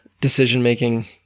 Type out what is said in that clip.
decision-making